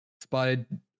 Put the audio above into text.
spotted